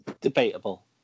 Debatable